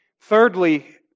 Thirdly